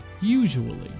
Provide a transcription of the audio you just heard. usually